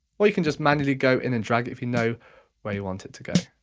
or you can just manually go in and drag it if you know where you want it to go.